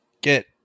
get